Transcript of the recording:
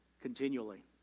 continually